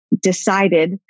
decided